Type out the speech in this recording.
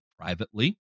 privately